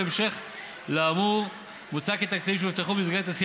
בהמשך לאמור מוצע כי "תקציבים שהובטחו במסגרת הסכמים